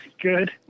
Good